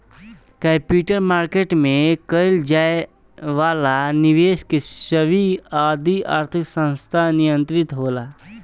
capital market में कईल जाए वाला निबेस के सेबी आदि आर्थिक संस्थान नियंत्रित होला